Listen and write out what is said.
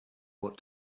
ought